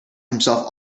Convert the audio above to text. himself